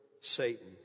Satan